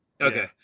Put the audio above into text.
Okay